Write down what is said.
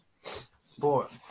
Sport